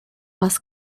was